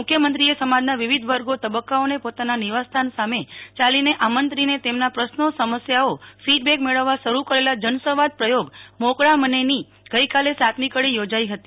મુખ્યમંત્રીએ સમાજના વિવિધ વર્ગો તબક્કાઓને પોતાના નિવાસસ્થાને સામે ચાલીને આમંત્રીને તેમના પ્રશ્નો સમસ્યાઓ ફિડબેક મેળવવા શરૂ કરેલા જનસંવાદ પ્રયોગ મોકળા મને ની ગઈકાલે સાતમી કડી યોજાઇ હતી